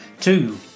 Two